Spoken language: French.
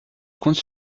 compte